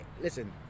listen